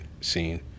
scene